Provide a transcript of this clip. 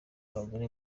abagore